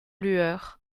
lueurs